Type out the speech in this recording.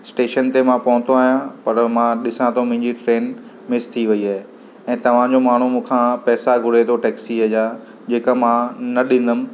station ते मां पहुतो आहियां पर मां ॾिसां थो मुंहिंजी ट्रेन मिस थी वेई आहे ऐं तव्हांजो माण्हू मूं खां पैसा घुरे थो टैक्सीअ जा जेका मां न ॾींदुमि